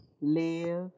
live